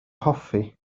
hoffi